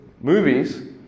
movies